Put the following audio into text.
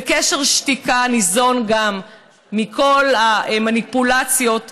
וקשר שתיקה ניזון גם מכל המניפולציות האלה.